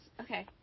okay